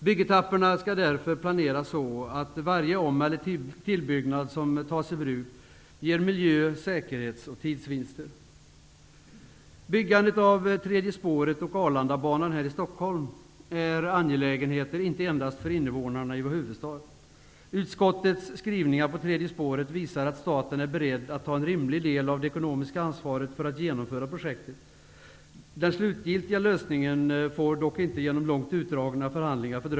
Byggetapperna skall därför planeras på ett sådant sätt att varje om eller tillbyggnad som tas i bruk ger miljö-, säkerhets och tidsvinster. Byggandet av det tredje spåret och Arlandabanan här i Stockholm är angelägenheter inte endast för invånarna i vår huvudstad. Utskottets skrivningar om tredje spåret visar att staten är beredd att ta en rimlig del av det ekonomiska ansvaret för att genomföra projektet. Den slutgiltiga lösningen får dock inte fördröjas genom långt utdragna förhandlingar.